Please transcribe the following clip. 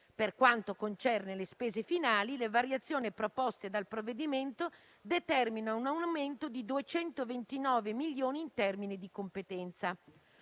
Per quanto concerne le spese finali, le variazioni proposte dal provvedimento determinano un aumento di 229 milioni in termini di competenza.